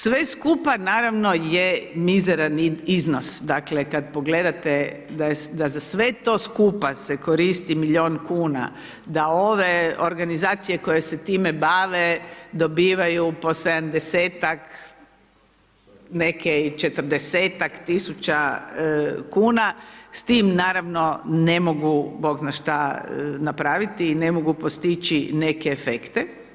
Sve skupa naravno je mizeran iznos, dakle kada pogledate da za sve to skupa se koristi milijun kuna, da ove organizacije koje se time bave dobivaju po 70-ak neke i 40-ak tisuća kuna s tim naravno ne mogu Bog zna šta napraviti i ne mogu postići neke efekte.